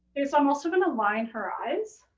kay, so i'm also gonna line her eyes.